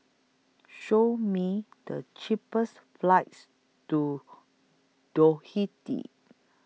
Show Me The cheapest flights to